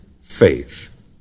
faith